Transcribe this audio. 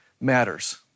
matters